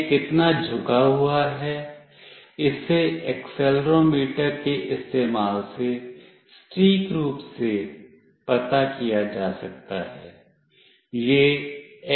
यह कितना झुका हुआ है इसे एक्सेलेरोमीटर के इस्तेमाल से सटीक रूप से पता किया जा सकता है